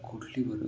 कुठली बरं